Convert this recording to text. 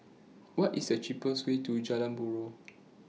What IS The cheapest Way to Jalan Buroh